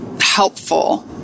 helpful